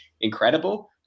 incredible